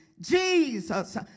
Jesus